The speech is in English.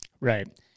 Right